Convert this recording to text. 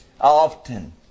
Often